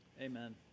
Amen